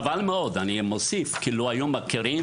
חבל מאוד, כי אילו היינו מכירים